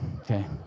okay